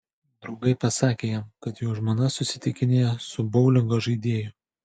draugai pasakė jam kad jo žmona susitikinėjo su boulingo žaidėju